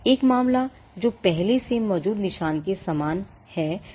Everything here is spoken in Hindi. एक मामला जो पहले से मौजूद निशान के समान या समान है